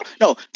No